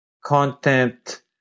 content